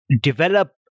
develop